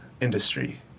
industry